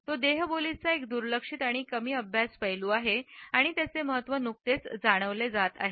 तो देहबोलीचा एक दुर्लक्षित आणि कमी अभ्यास पैलू आहे आणि त्याचे महत्त्व नुकतेच जाणवले जात आहे